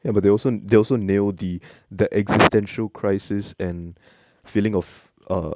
ya but they also they also nail the the existential crisis and feeling of uh